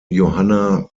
johanna